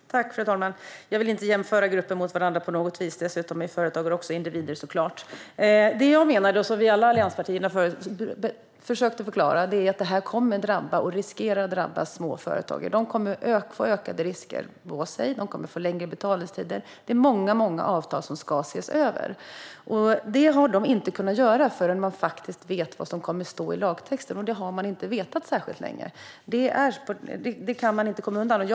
Fru talman! Jag vill inte ställa grupper mot varandra på något vis. Dessutom är företagare också individer. Det som vi i alla allianspartier har försökt att förklara är att det här riskerar att drabba småföretag. De kommer att få längre betaltider, och många avtal måste ses över. Det har man inte kunnat göra innan man vet vad som kommer att stå i lagtexten, och det har man inte vetat särskilt länge. Det går inte att komma undan det.